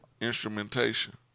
Instrumentation